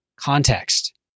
context